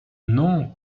non